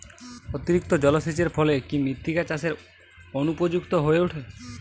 অতিরিক্ত জলসেচের ফলে কি মৃত্তিকা চাষের অনুপযুক্ত হয়ে ওঠে?